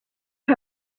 how